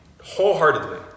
wholeheartedly